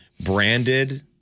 Branded